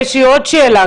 יש לי עוד שאלה,